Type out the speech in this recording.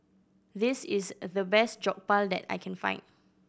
this is the best Jokbal that I can find